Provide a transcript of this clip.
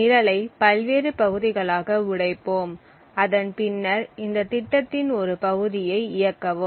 நிரலை பல்வேறு பகுதிகளாக உடைப்போம் அதன் பின்னர் இந்த திட்டத்தின் ஒரு பகுதியை இயக்கவும்